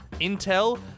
Intel